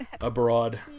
abroad